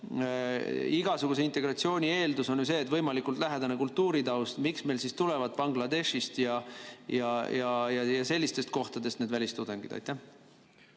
Igasuguse integratsiooni eeldus on see, et on võimalikult lähedane kultuuritaust. Miks meile siis tulevad Bangladeshist ja teistest sellistest kohtadest need välistudengid? Aitäh